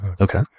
Okay